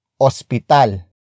hospital